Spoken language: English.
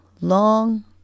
long